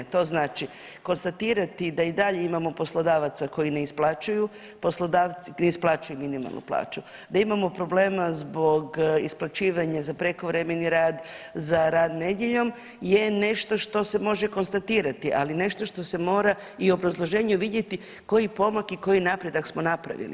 To znači, konstatirati da i dalje imamo poslodavaca koji ne isplaćuju, .../nerazumljivo/... ne isplaćuju minimalnu plaću, da imamo problema zbog isplaćivanja za prekovremeni rad, za rad nedjeljom je nešto što se može konstatirati, ali nešto što se mora i u obrazloženju vidjeti koji pomak i koji napredak smo napravili.